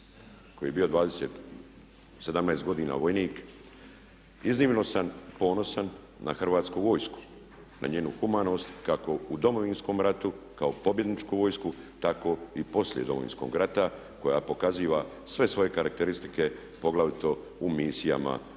koji je bio 17 godina vojnik iznimno sam ponosan na Hrvatsku vojsku, na njenu humanost kako u Domovinskom ratu kao pobjedničku vojsku tako i poslije Domovinskog rata koja pokaziva sve svoje karakteristike poglavito u misijama van Hrvatske